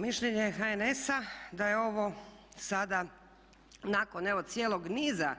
Mišljenje je HNS-a da je ovo sada nakon evo cijelog niza